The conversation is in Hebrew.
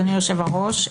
אדוני היושב-ראש,